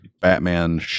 Batman